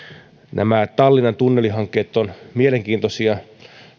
nämä tallinnan tunnelihankkeet ovat mielenkiintoisia